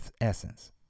essence